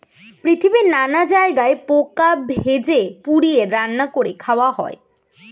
পৃথিবীর নানা জায়গায় পোকা ভেজে, পুড়িয়ে, রান্না করে খাওয়া হয়